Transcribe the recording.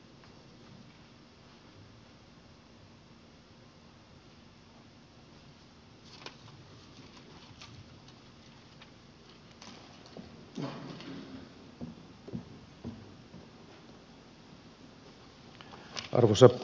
arvoisa puhemies